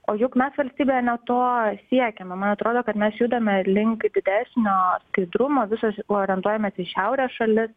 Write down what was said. o juk mes valstybėje ne to siekiame man atrodo kad mes judame link didesnio skaidrumo visos orientuojamės į šiaurės šalis